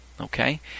Okay